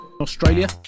Australia